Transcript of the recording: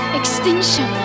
extinction